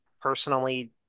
personally